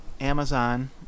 Amazon